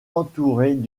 entourés